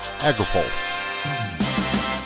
AgriPulse